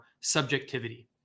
subjectivity